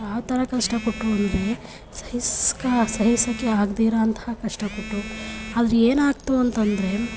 ಯಾವ ಥರ ಕಷ್ಟ ಕೊಟ್ಟರು ಅಂದರೆ ಸಹಿಸ್ಕೋ ಸಹಿಸೋಕ್ಕೆ ಆಗದೇ ಇರೋ ಅಂತಹ ಕಷ್ಟ ಕೊಟ್ಟರು ಆದರೆ ಏನಾಯ್ತು ಅಂತಂದರೆ